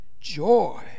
joy